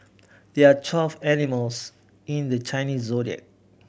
there're twelve animals in the Chinese Zodiac